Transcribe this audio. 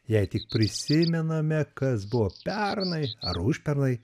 jei tik prisimename kas buvo pernai ar užpernai